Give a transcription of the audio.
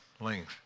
length